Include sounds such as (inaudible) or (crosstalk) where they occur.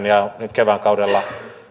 (unintelligible) ja nyt kevätkaudella